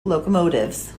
locomotives